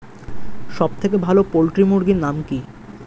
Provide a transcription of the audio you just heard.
সবথেকে ভালো পোল্ট্রি মুরগির নাম কি?